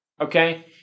okay